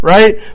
Right